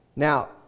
Now